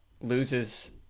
loses